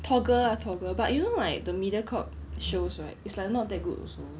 toggle ah toggle but you know like the mediacorp shows right it's like not that good also